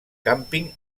càmping